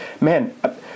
man –